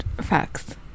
Facts